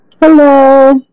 Hello